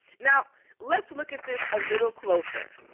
now let's look at this a little closer.